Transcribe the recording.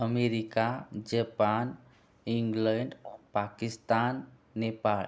America Japan England Pakistan Nepal